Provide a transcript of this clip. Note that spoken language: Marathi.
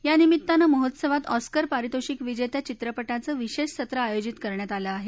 या निमित्तानं महोत्सवात ऑस्कर परितोषिक विजेत्या चित्रपटांचं विशेष सत्र आयोजित करण्यात आलं आहे